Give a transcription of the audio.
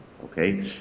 Okay